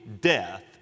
death